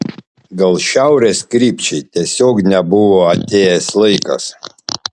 gal šiaurės krypčiai tiesiog nebuvo atėjęs laikas